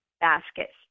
baskets